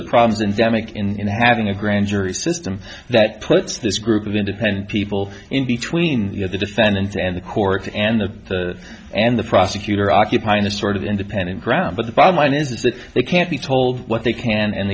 the problems and demick in having a grand jury system that puts this group of independent people in between you know the defendant and the court and the and the prosecutor occupying this sort of independent ground but the bottom line is that they can't be told what they can and